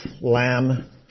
lamb